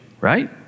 right